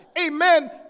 amen